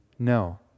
No